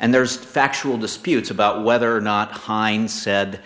and there's factual disputes about whether or not hines said